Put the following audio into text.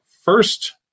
first